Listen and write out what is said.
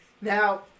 Now